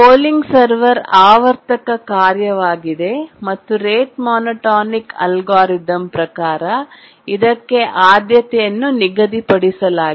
polling server ಆವರ್ತಕ ಕಾರ್ಯವಾಗಿದೆ ಮತ್ತು ರೇಟ್ ಮೋನೋಟೋನಿಕ್ ಅಲ್ಗಾರಿದಮ್ ಪ್ರಕಾರ ಇದಕ್ಕೆ ಆದ್ಯತೆಯನ್ನು ನಿಗದಿಪಡಿಸಲಾಗಿದೆ